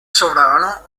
sovrano